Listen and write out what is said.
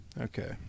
Okay